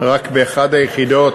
רק באחת היחידות,